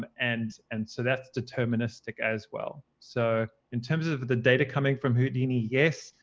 um and and so that's deterministic, as well. so in terms of the data coming from houdini, yes.